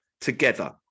together